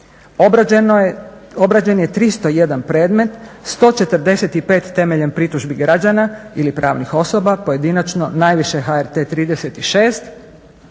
Obrađen je 301 predmet, 145 temeljem pritužbi građana ili pravnih osoba pojedinačno najviše HRT 36,